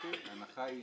ההנחה היא